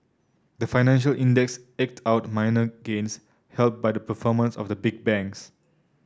the financial index eked out minor gains helped by the performance of the big banks